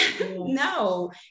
No